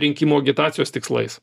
rinkimų agitacijos tikslais